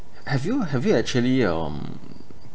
have you have you actually um